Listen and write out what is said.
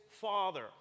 Father